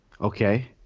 Okay